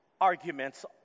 arguments